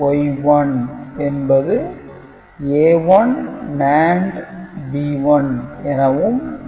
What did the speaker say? Y1 என்பது A1 NAND B1 எனவும் அமையும்